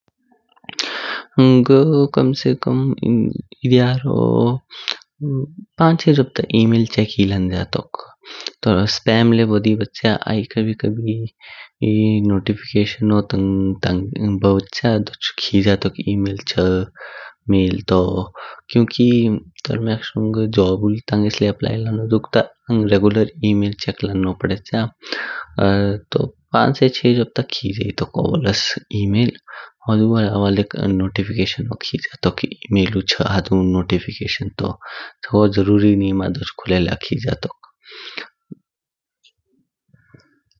घ कम से कम एह ध्यारू पाँच छै जॉब ता ई-मेल चेक लंज्या तौक। स्पैम ल्य बोडी बच्या आई कबी कबी नोटिफिकेशन बच्या दोच खिज्या तौक ई-मेल छ मैल तू। क्यूंकि तोरम्याक शोंग घ जॉब अप्लाई लानु दुक्ता आँग रेगुलर ई-मेल चेक लान्नो पडेच्य। दो पाँच से छ जॉब ता खेज्याई तौक ओबोल्स ई-मेल। हुदू अलावा ल्य नोटिफिकेशन खिज्या तौक मैलु हातु छ नोटिफिकेशन तू, चगो जरुरी निम दोच खुलल्या खिज्या तौक।